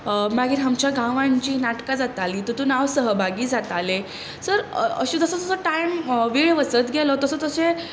मागीर आमच्या गांवांत जीं नाटकां जातालीं तितूंत हांव सहभागी जातालें तर अशें जसो जसो टायम वेळ वचत गेलो तसो तशें